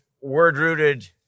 Word-Rooted